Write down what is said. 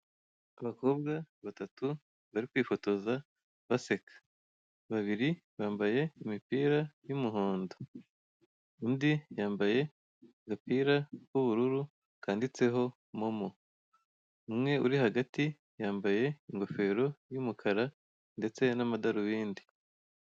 Abakobwa batatu bari kwifotoza baseka. Babiri bambaye imipira y'umuhondo, undi yambaye agapira k'ubururu kanditseho momo, umwe uri hagati yambaye ingofero y'umukara ndetse n'amadarubindi.